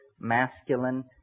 masculine